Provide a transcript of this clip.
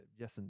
Yes